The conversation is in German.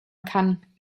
kann